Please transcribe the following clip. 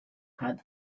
has